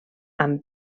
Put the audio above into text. amb